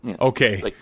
okay